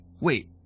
wait